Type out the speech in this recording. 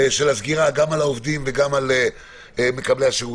סגירה גם על העובדים וגם על מקבלי השירותים,